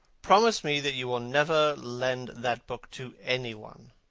promise me that you will never lend that book to any one.